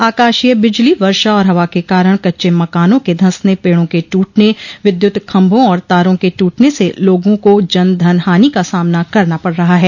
आकाशीय बिजली वर्षा और हवा के कारण कच्चे मकानों के धसने पेड़ों के टूटने विद्युत खम्भों और तारों के टूटने से लोगों को जन धन हानि का सामना करना पड़ रहा है